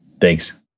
Thanks